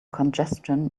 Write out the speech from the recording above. congestion